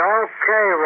okay